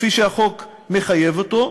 כפי שהחוק מחייב אותו,